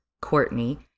Courtney